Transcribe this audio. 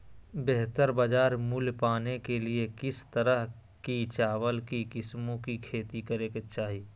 बेहतर बाजार मूल्य पाने के लिए किस तरह की चावल की किस्मों की खेती करे के चाहि?